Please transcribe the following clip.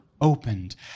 opened